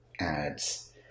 ads